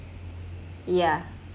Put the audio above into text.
yeah